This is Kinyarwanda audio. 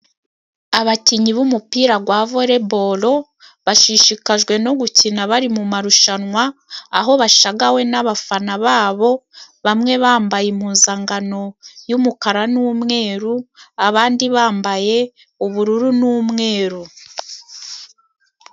Abakinnyi b'umupira gwa voliboro bashishikajwe no gukina. Bari mu amarushanwa, aho bashagawe n'abafana babo. Bamwe bambaye impuzangano y'umukara n'umweru, abandi bambaye ubururu n'umweru.